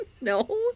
No